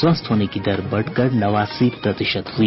स्वस्थ होने की दर बढ़कर नवासी प्रतिशत हुई